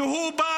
שבא